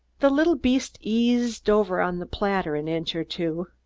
the little beast eased over on the platter an inch or two.